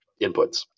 inputs